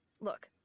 Look